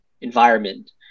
environment